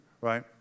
right